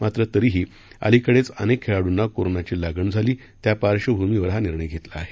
मात्र तरीही अलीकडेच अनेक खेळाडूंना कोरोनाची लागण झाली त्या पार्श्वभूमीवर हा निर्णय़ घेतला आहे